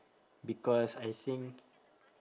because I think